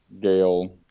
Gail